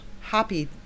happy